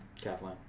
Kathleen